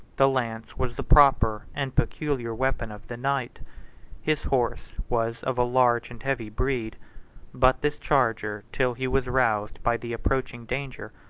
the lance was the proper and peculiar weapon of the knight his horse was of a large and heavy breed but this charger, till he was roused by the approaching danger,